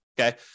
Okay